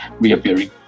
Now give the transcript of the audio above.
reappearing